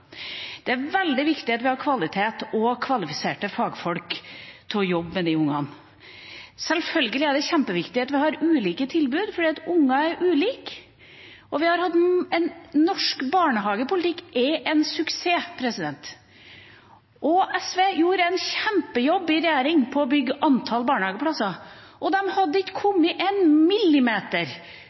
Det er veldig viktig at vi har kvalitet og kvalifiserte fagfolk til å jobbe med disse barna. Sjølsagt er det kjempeviktig at vi har ulike tilbud, for barn er ulike. Og norsk barnehagepolitikk er en suksess – SV gjorde en kjempejobb i regjering for å bygge flere barnehageplasser, og de hadde ikke kommet en